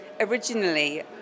originally